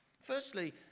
Firstly